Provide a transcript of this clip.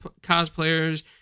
cosplayers